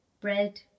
bread